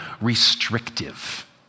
restrictive